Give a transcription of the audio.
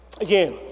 again